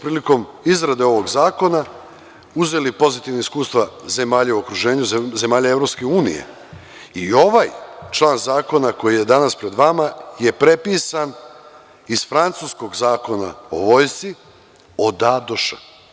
Prilikom izrade ovog zakona, mi smo uzeli pozitivna iskustva zemalja u okruženju, zemalja EU i ovaj član zakona koji je danas pred vama je prepisan iz francuskog zakona o vojsci, od „a“ do „š“